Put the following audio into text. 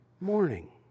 morning